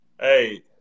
Hey